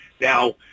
Now